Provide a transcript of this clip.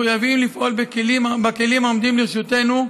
מחויבים לפעול בכלים העומדים לרשותנו,